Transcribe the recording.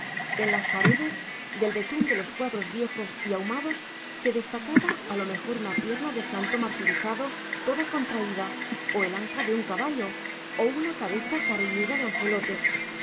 en las paredes del betún de los cuadros viejos y ahumados se destacaba a lo mejor una pierna de santo martirizado toda contraída o el anca de un caballo o una cabeza carrilluda de angelote